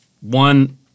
one